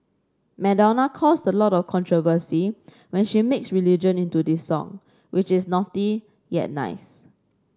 Madonna caused a lot of controversy when she mixed religion into this song which is naughty yet nice